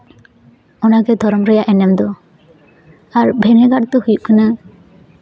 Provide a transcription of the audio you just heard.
ᱚᱱᱟᱜᱮ ᱫᱷᱚᱨᱚᱢ ᱨᱮᱭᱟᱜ ᱮᱱᱮᱢ ᱫᱚ ᱟᱨ ᱵᱷᱮᱱᱮᱜᱟᱨ ᱫᱚ ᱦᱩᱭᱩᱜ ᱠᱟᱱᱟ